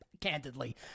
candidly